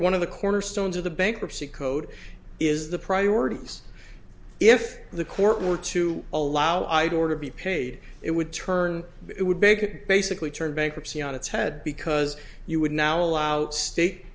one of the cornerstones of the bankruptcy code is the priority is if the court were to allow i'd or to be paid it would turn it would big basically turned bankruptcy on its head because you would now allow state